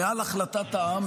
מעל החלטת העם,